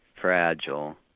fragile